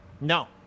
No